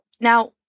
Now